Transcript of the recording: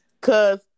cause